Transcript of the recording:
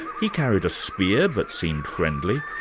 he carried a spear, but seemed friendly,